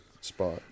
spot